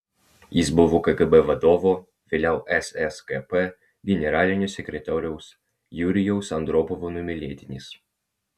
jis buvo kgb vadovo vėliau sskp generalinio sekretoriaus jurijaus andropovo numylėtinis